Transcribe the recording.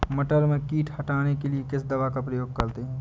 मटर में कीट हटाने के लिए किस दवा का प्रयोग करते हैं?